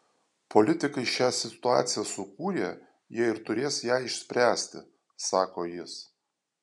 politikai šią situaciją sukūrė jie ir turės ją išspręsti sako jis